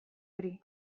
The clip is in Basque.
hori